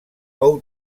fou